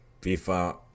FIFA